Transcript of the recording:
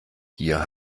hier